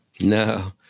No